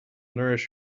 nourish